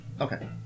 Okay